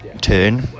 turn